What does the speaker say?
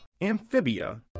Amphibia